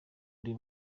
ari